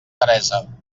teresa